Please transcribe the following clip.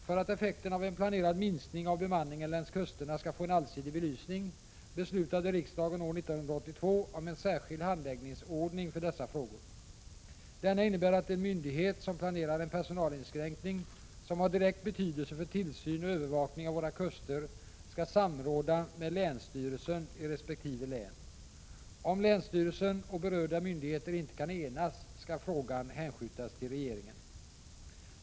För att effekterna av en planerad minskning av bemanningen längs kusterna skall få en allsidig belysning, beslutade riksdagen år 1982 om en särskild handläggningsordning för dessa frågor. Denna innebär att en myndighet som planerar en personalinskränkning som har direkt betydelse för tillsyn och övervakning av våra kuster skall samråda med länsstyrelsen i resp. län. Om länsstyrelsen och berörda myndigheter inte kan enas skall frågan hänskjutas till regeringen.